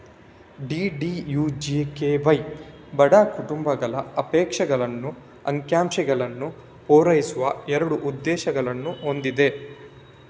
DDUJKY ಬಡ ಕುಟುಂಬಗಳ ಅಪೇಕ್ಷಗಳನ್ನು, ಆಕಾಂಕ್ಷೆಗಳನ್ನು ಪೂರೈಸುವ ಎರಡು ಉದ್ದೇಶಗಳನ್ನು ಹೊಂದಿದೆ